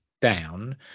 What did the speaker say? down